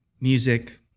music